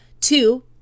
Two